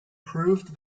proved